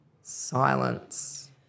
silence